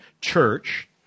church